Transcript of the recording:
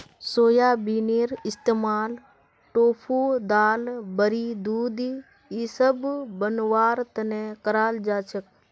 सोयाबीनेर इस्तमाल टोफू दाल बड़ी दूध इसब बनव्वार तने कराल जा छेक